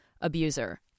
abuser